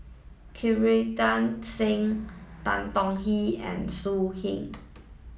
Singh Tan Tong Hye and So Heng